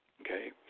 okay